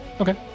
Okay